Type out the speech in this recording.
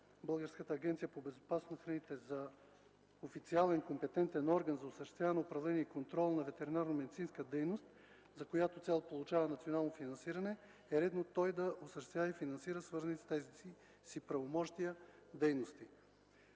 Българската агенция по безопасност на храните за официалния компетентен орган за осъществяване, управление и контрол на ветеринарномедицинската дейност, за която цел получава национално финансиране, е редно той да осъществява и финансира свързаните с тези си правомощия дейности.